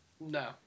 No